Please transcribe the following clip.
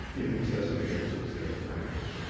in excessive doses, yes. right.